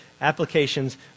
applications